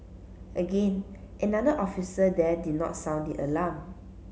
again another officer there did not sound the alarm